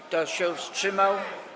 Kto się wstrzymał?